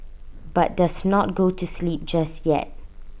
but does not go to sleep just yet